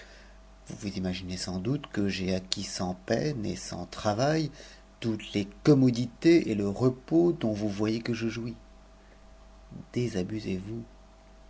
vous vous imaginez sans doute que j'ai acquis sans peine et sans travail toutes les commodités et le repos'dont vous voyez que je jouis désabusez vous